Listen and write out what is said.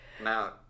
now